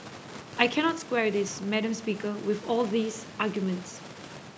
I cannot square this madam speaker with all these arguments